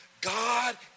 God